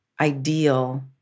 ideal